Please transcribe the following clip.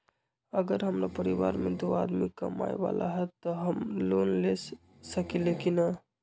अगर हमरा परिवार में दो आदमी कमाये वाला है त हम लोन ले सकेली की न?